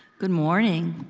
good morning.